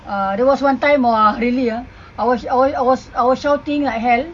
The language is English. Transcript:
uh there was one time !wah! really uh I was I was shouting like hell